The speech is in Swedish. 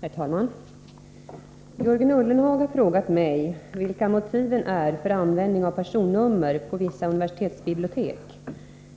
Herr talman! Jörgen Ullenhag har frågat mig vilka motiven är för användning av personnummer på vissa universitetsbibliotek